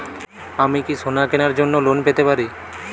আমি কি সোনা কেনার জন্য লোন পেতে পারি?